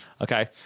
Okay